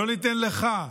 לא ניתן לך,